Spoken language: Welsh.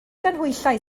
ganhwyllau